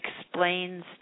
explains